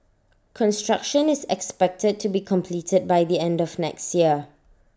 construction is expected to be completed by the end of next year